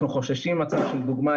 אנחנו חוששים ממצב שלדוגמה,